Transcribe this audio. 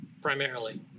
Primarily